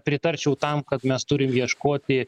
pritarčiau tam kad mes turim ieškoti